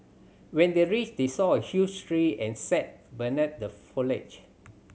when they reached they saw a huge tree and sat beneath the foliage